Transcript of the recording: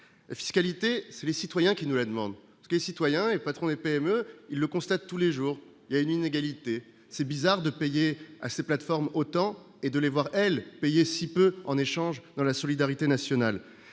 fiscalité les citoyens qui ne la demande des citoyens et patrons des PME, il le constate tous les jours il y a une inégalité, c'est bizarre de payer à ces plateformes autant et de les voir elle payé si peu en échange de la solidarité nationale